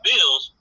Bills